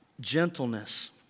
gentleness